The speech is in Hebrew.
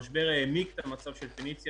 המשבר העמיק את המצב של "פניציה".